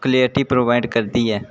clarity provide करदी ऐ